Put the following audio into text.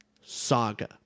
saga